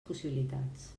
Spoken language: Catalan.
possibilitats